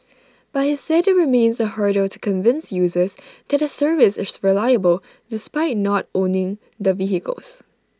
but he said IT remains A hurdle to convince users that the service is reliable despite not owning the vehicles